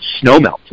snowmelt